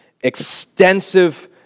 extensive